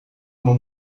uma